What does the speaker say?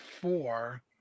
four